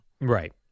Right